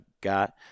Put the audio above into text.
got